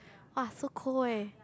[wah] so cold eh